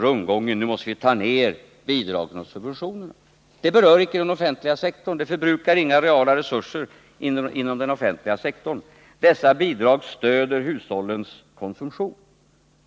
rundgången, måste minska bidragen och subventionerna. Det berör icke den offentliga sektorn och förbrukar inga reala resurser inom den offentliga sektorn. Dessa bidrag stödjer hushållens konsumtion.